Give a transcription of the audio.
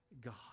God